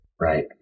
Right